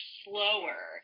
slower